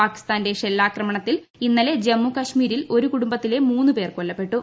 പാകിസ്ഥാന്റെ ഷെല്ലാക്രമണത്തിൽ ഇന്നലെ ജമ്മു കാശ്മീരിൽ ഒരു കുടുംബത്തിലെ മൂന്ന് പേർ കൊല്ലപ്പെട്ടു